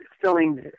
filling